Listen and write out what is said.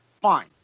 Fine